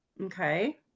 Okay